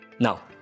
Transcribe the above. Now